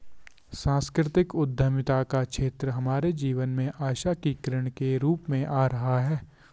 सांस्कृतिक उद्यमिता का क्षेत्र हमारे जीवन में आशा की किरण के रूप में आ रहा है